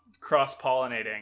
Cross-pollinating